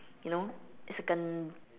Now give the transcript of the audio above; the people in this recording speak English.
you know it's like a